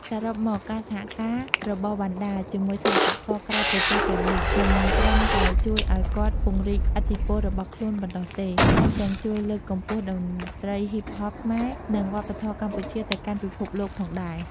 សរុបមក ការសហការរបស់ វណ្ណដា ជាមួយសិល្បករក្រៅប្រទេសទាំងនេះ មិនត្រឹមតែជួយឱ្យគាត់ពង្រីកឥទ្ធិពលរបស់ខ្លួនប៉ុណ្ណោះទេ ថែមទាំងជួយលើកកម្ពស់តន្ត្រី Hip-Hop ខ្មែរ និងវប្បធម៌កម្ពុជាទៅកាន់ពិភពលោកផងដែរ។